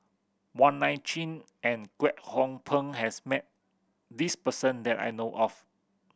Wong Nai Chin and Kwek Hong Png has met this person that I know of